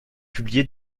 publié